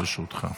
לרשותך.